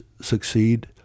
succeed